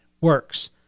works